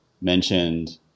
mentioned